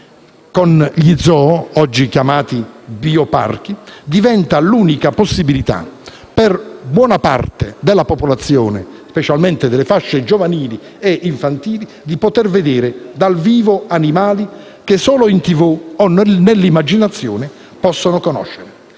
e zoo (oggi chiamati bioparchi) diventa l'unica possibilità per buona parte della popolazione (specialmente delle fasce giovanili e infantili) di poter vedere dal vivo animali che solo in televisione o nell'immaginazione possono conoscere.